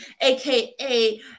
aka